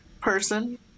person